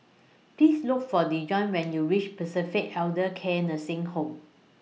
Please Look For Dejon when YOU REACH Pacific Elder Care Nursing Home